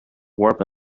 warp